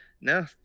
no